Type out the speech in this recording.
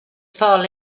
fall